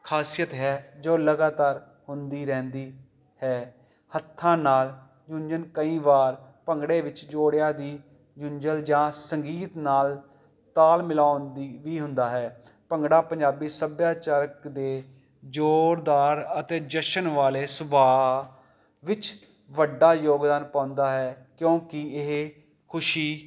ਖ਼ਾਸੀਅਤ ਹੈ ਜੋ ਲਗਾਤਾਰ ਹੁੰਦੀ ਰਹਿੰਦੀ ਹੈ ਹੱਥਾਂ ਨਾਲ ਜੁੰਜਲ ਕਈ ਵਾਰ ਭੰਗੜੇ ਵਿੱਚ ਜੋੜਿਆ ਦੀ ਜੁੰਜਲ ਜਾਂ ਸੰਗੀਤ ਨਾਲ ਤਾਲ ਮਿਲਾਉਣ ਦੀ ਵੀ ਹੁੰਦਾ ਹੈ ਭੰਗੜਾ ਪੰਜਾਬੀ ਸੱਭਿਆਚਾਰਕ ਦੇ ਜ਼ੋਰਦਾਰ ਅਤੇ ਜਸ਼ਨ ਵਾਲੇ ਸੁਭਾਅ ਵਿੱਚ ਵੱਡਾ ਯੋਗਦਾਨ ਪਾਉਂਦਾ ਹੈ ਕਿਉਂਕਿ ਇਹ ਖੁਸ਼ੀ